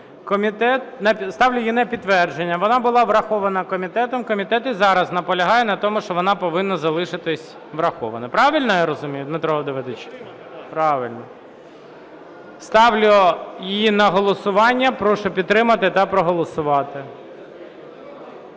Ставлю її на підтвердження. Вона була врахована комітетом. Комітет і зараз наполягає на тому, що вона повинна залишитись врахована. Правильно я розумію, Дмитро Давидович? Правильно. Ставлю її на голосування. Прошу підтримати та проголосувати.